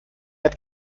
hat